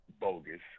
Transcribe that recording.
bogus